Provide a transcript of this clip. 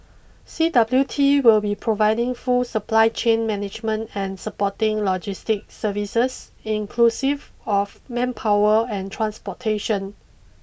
C W T will be providing full supply chain management and supporting logistic services inclusive of manpower and transportation